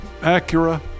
Acura